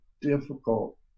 difficult